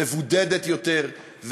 מבודדת יותר,